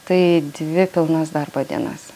tai dvi pilnas darbo dienas